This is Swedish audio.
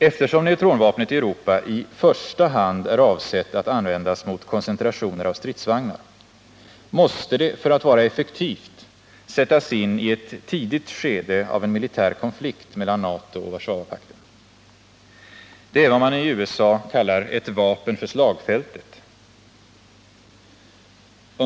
Eftersom neutronvapnet i Europa i första hand är avsett att användas mot koncentrationer av stridsvagnar, måste det för att vara effektivt sättas in i ett tidigt skede av en militär konflikt mellan NATO och Warszawapakten. Det är vad man i USA kallar ett ”vapen för slagfältet”.